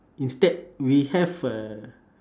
instead we have a